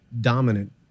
dominant